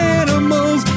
animals